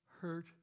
hurt